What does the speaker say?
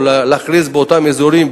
או להכריז על אותם אזורים,